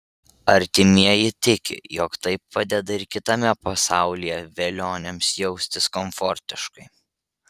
artimieji tiki jog tai padeda ir kitame pasaulyje velioniams jaustis komfortiškai